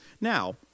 Now